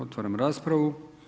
Otvaram raspravu.